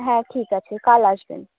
হ্যাঁ ঠিক আছে কাল আসবেন